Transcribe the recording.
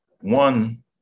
one